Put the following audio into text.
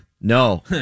No